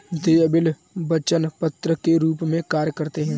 देय बिल वचन पत्र के रूप में कार्य करते हैं